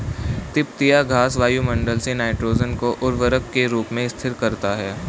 तिपतिया घास वायुमंडल से नाइट्रोजन को उर्वरक के रूप में स्थिर करता है